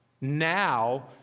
Now